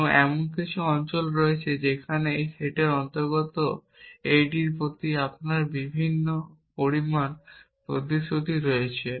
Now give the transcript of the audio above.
তবে এমন কিছু অঞ্চল রয়েছে যেখানে এই সেটের সাথে সম্পর্কিত এইটির প্রতি আপনার বিভিন্ন পরিমাণ প্রতিশ্রুতি রয়েছে